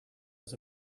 was